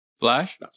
Flash